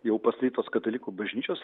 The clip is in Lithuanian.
jau pastatytos katalikų bažnyčios